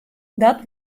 dat